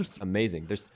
amazing